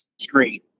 screen